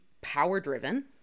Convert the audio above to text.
power-driven